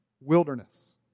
wilderness